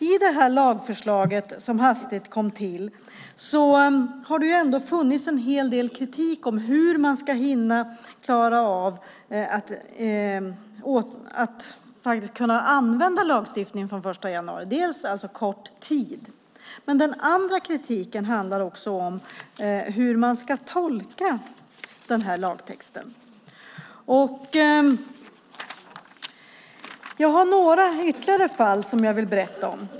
När det gäller detta lagförslag som hastigt kom till har det funnits en hel del kritik om hur man ska hinna få lagstiftningen klar så att den kan användas från den 1 januari. Det är alltså kort tid. Men det har också funnits kritik om hur man ska tolka denna lagtext. Jag vill berätta om några ytterligare fall.